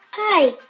hi.